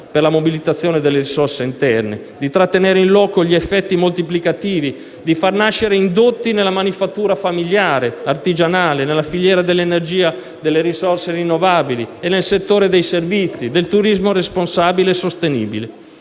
per la mobilitazione delle risorse interne, di trattenere in loco gli effetti moltiplicativi e di far nascere indotti nella manifattura familiare e artigianale, nella filiera dell'energia delle risorse rinnovabili e nei settori dei servizi e del turismo responsabile e sostenibile.